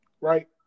right